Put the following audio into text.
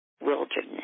wilderness